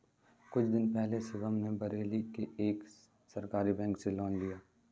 कुछ दिन पहले शिवम ने बरेली के एक सहकारी बैंक से लोन लिया